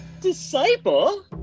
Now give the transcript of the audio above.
Disciple